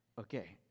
okay